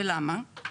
ולמה?